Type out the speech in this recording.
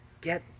get